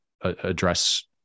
address